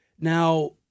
Now